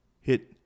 hit